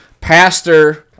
pastor